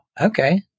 Okay